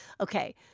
Okay